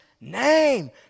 name